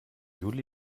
juli